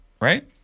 Right